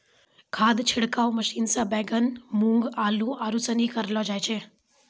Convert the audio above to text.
खाद छिड़काव मशीन से बैगन, मूँग, आलू, आरू सनी करलो जाय छै